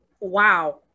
wow